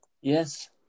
Yes